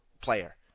player